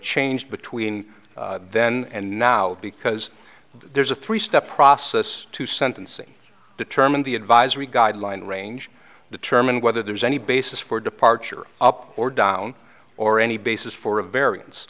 change between then and now because there's a three step process to sentencing determine the advisory guideline range determine whether there's any basis for departure up or down or any basis for a v